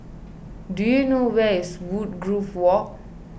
do you know where is Woodgrove Walk